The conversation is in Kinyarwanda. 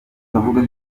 bavuga